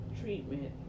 treatment